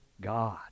God